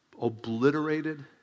obliterated